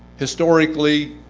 historically,